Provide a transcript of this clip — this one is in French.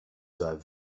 soient